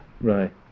Right